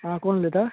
हां कोण उलयतां